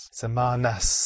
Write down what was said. semanas